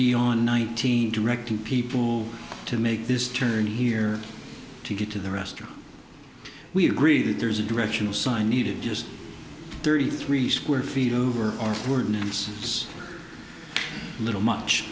beyond nineteen directing people to make this turn here to get to the restaurant we agree that there's a directional sign needed just thirty three square feet over our